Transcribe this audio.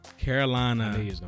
Carolina